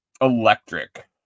Electric